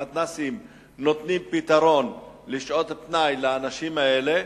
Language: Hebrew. המתנ"סים נותנים פתרון לשעות הפנאי לאנשים האלה,